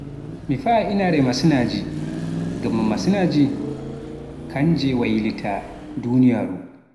Mi faai inaare masinaaji, ngam masinaaji kanji waltilaa duniyaaru.